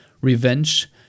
revenge